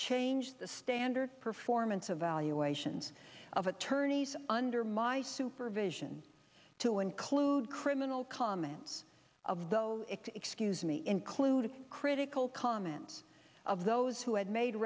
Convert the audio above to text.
change the standard performance evaluations of attorneys under my supervision to include criminal comments of those excuse me including critical comments of those had made